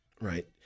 right